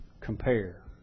compare